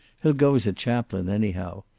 he'll go as a chaplain, anyhow.